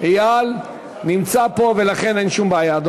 איל, נמצא פה, ולכן אין שום בעיה.